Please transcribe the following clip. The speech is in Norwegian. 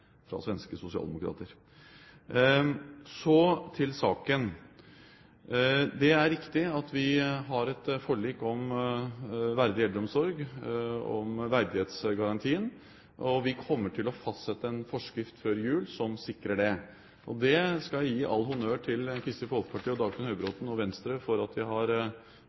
fra svenske sosialdemokrater. Så til saken. Det er riktig at vi har et forlik om verdig eldreomsorg, om verdighetsgarantien. Vi kommer til å fastsette en forskrift før jul som sikrer det. Jeg skal gi all honnør til Kristelig Folkeparti og Dagfinn Høybråten og til Venstre for at de har